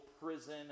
prison